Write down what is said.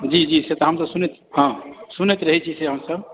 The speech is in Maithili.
जी जी से तऽ हमसभ सुनैत हँ सुनैत रहै छी से हमसभ